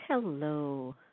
Hello